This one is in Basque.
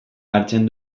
hartzen